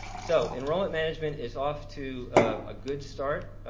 so enrollment management is off to a good start